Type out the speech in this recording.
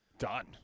Done